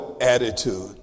attitude